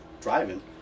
driving